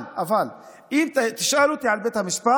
אבל אם תשאל אותי על בית המשפט,